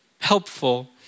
helpful